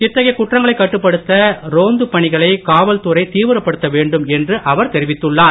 இத்தகைய குற்றங்களைக் கட்டுப்படுத்த ரோந்துப் பணிகளை காவல்துறை தீவிரப்படுத்த வேண்டும் என்று அவர் தெரிவித்துள்ளார்